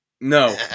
No